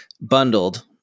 bundled